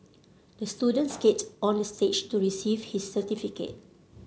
the student skated onto stage to receive his certificate